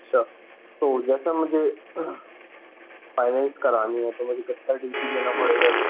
अच्छा तो जैसा मुझे फाइनेन्स करानी है तो मुझे कितना डी पी देना पड़ेगा अभी